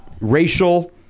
racial